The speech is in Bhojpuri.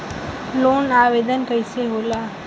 लोन आवेदन कैसे होला?